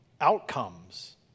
outcomes